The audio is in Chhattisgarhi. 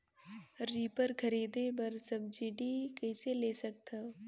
रीपर खरीदे बर सब्सिडी कइसे ले सकथव?